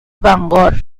bangor